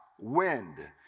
wind